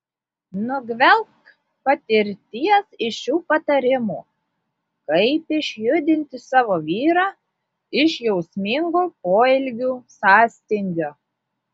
nugvelbk patirties iš šių patarimų kaip išjudinti savo vyrą iš jausmingų poelgių sąstingio